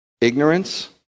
Ignorance